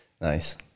Nice